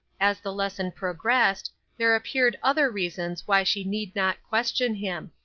as the lesson progressed there appeared other reasons why she need not question him.